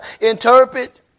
interpret